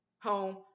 home